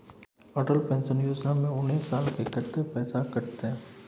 Atal pension Yojana में उनैस साल के कत्ते पैसा कटते?